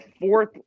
fourth